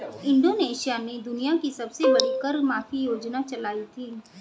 Indonesia ने दुनिया की सबसे बड़ी कर माफी योजना चलाई थी